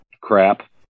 crap